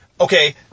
Okay